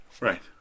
Right